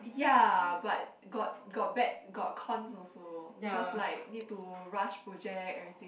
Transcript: ya but got got bad got coins also cause like need to rush project everything